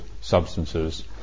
substances